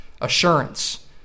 assurance